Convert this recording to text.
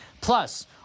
Plus